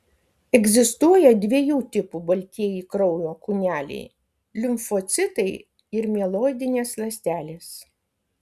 egzistuoja dviejų tipų baltieji kraujo kūneliai limfocitai ir mieloidinės ląstelės